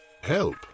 Help